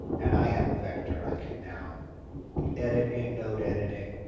and i have a vector i can now edit in node editing